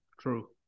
true